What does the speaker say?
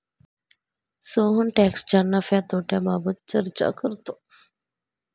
सोहन टॅक्सच्या नफ्या तोट्याबाबत चर्चा करतो